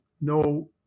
no